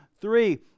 three